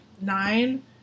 nine